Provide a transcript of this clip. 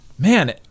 Man